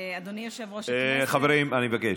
אדוני יושב-ראש הכנסת, חברים, אני מבקש.